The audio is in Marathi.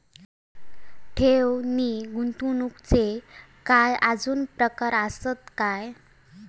ठेव नी गुंतवणूकचे काय आजुन प्रकार आसत काय?